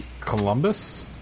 Columbus